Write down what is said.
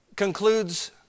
concludes